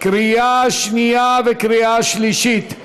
לקריאה שנייה וקריאה שלישית.